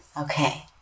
Okay